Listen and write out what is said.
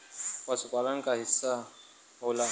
पसुपालन क हिस्सा होला